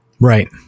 Right